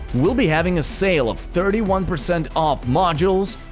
we'll be having a sale of thirty one percent off modules,